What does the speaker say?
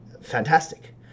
Fantastic